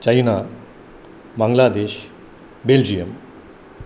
China Bangladesh Belgium